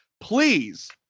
Please